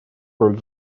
роль